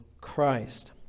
Christ